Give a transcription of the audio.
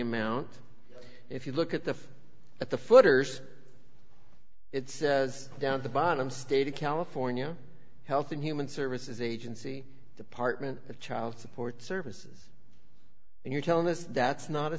amount if you look at the at the footers it says down the bottom stated california health and human services agency department of child support services and you're telling us that's not a